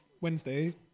Wednesday